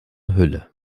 hülle